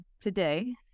today